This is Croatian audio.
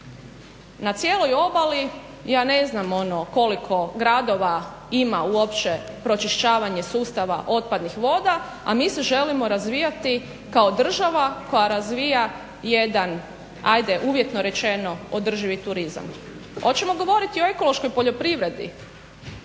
Na cijeloj obali ja ne znam koliko gradova ima uopće pročišćavanje sustava otpadnih voda, a mi se želimo razvijati kao država koja razvija jedan ajde uvjetno rečeno održivi turizam. Hoćemo govoriti i o ekološkoj poljoprivredi?